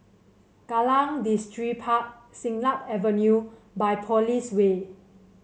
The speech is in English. Kallang Distripark Siglap Avenue Biopolis Way